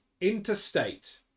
interstate